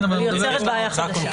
ויוצרת בעיה חדשה.